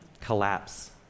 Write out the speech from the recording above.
collapse